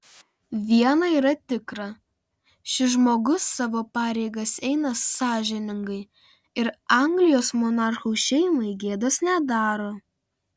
viena yra tikra šis žmogus savo pareigas eina sąžiningai ir anglijos monarchų šeimai gėdos nedaro